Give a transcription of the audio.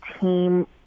team